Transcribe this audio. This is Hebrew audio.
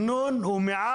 לשם.